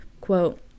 quote